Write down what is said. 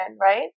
right